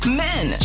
men